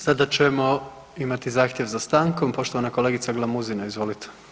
Sada ćemo imati zahtjev za stankom, poštovana kolegica Glamuzina, izvolite.